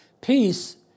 Peace